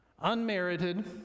Unmerited